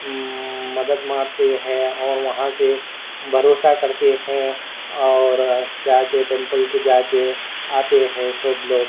مدد مارتے ہیں اور وہاں سے بھروسہ کرتے ہیں اور جا کے ٹیمپل کو جا کے آتے ہیں سب لوگ